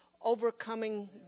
overcoming